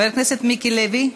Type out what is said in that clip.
חבר הכנסת מיקי לוי.